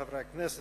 חברי חברי הכנסת,